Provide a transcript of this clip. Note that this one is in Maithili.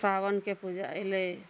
सावनके पूजा एलै